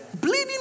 Bleeding